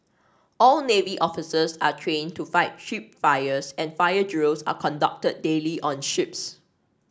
all navy officers are trained to fight ship fires and fire drills are conducted daily on ships